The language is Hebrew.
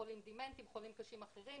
חולים דמנטיים, חולים קשים אחרים.